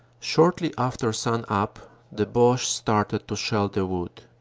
shortly after sun-up the bache started to shell the wood.